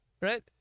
right